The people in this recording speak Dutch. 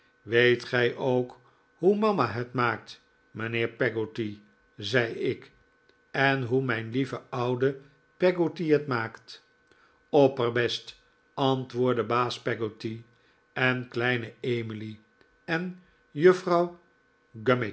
weet gij ook hoe mama het maakt mijnheer peggotty zei ik en hoe mijn lieve lieve oude peggotty het maakt opperbest antwoordde baas peggotty en kleine emily en juffrouw